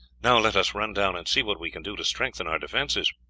now let us run down and see what we can do to strengthen our defences.